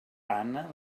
anna